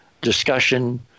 discussion